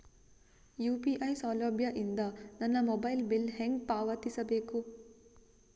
UPI ಸೌಲಭ್ಯ ಇಂದ ನನ್ನ ಮೊಬೈಲ್ ಬಿಲ್ ಹೆಂಗ್ ಪಾವತಿಸ ಬೇಕು?